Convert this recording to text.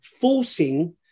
forcing